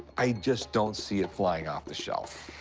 i just don't see it flying off the shelf.